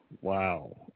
wow